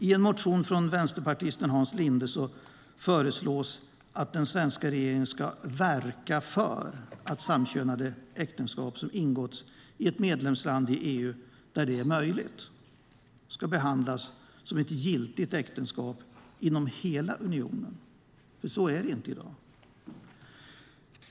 I en motion från vänsterpartisten Hans Linde föreslås att den svenska regeringen ska verka för att samkönade äktenskap som ingåtts i ett medlemsland inom EU, där det är möjligt, ska behandlas som ett giltigt äktenskap inom hela unionen. Så är det inte i dag.